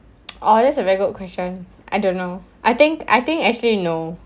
oh that's a very good question I don't know I think I think actually no